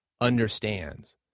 understands